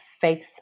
faith